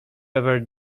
ever